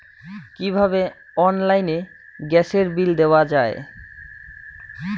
কিভাবে অনলাইনে গ্যাসের বিল দেওয়া যায়?